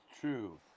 True